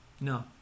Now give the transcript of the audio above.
no